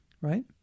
Right